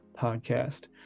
Podcast